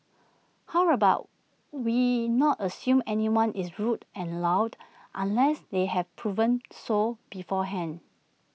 how about we not assume anyone is rude and loud unless they have proven so beforehand